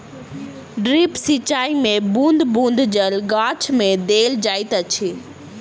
drip सिचाई मे बूँद बूँद जल गाछ मे देल जाइत अछि